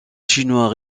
chinois